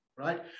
Right